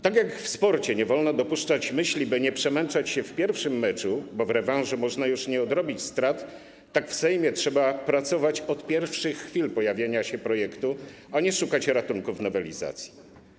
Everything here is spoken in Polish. Tak jak w sporcie nie wolno dopuszczać myśli, by nie przemęczać się w pierwszym meczu, bo w rewanżu można już nie odrobić strat, tak w Sejmie trzeba pracować od pierwszych chwil pojawienia się projektu, a nie szukać ratunku w nowelizacji.